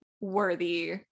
worthy